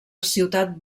ciutat